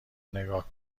نگاه